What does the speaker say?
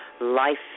life